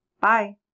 Bye